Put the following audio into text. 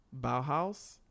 bauhaus